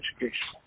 education